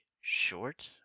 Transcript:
short